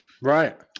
right